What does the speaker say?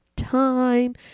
time